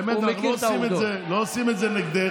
באמת שאנחנו לא עושים את זה נגדך.